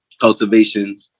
cultivation